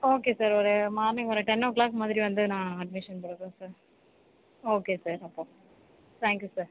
okay sir ஒரு morning ஒரு ten o'clock மாதிரி வந்து நான் அட்மிஷன் போடுகிறேன் சார் ஓகே சார் அப்போ தேங்க் யூ சார்